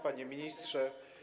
Panie Ministrze!